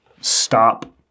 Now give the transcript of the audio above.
stop